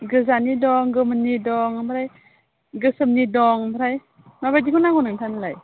गोजानि दं गोमोनि दं ओमफ्राय गोसोमनि दं ओमफ्राय माबायदिखौ नांगौ नोंथांनोलाय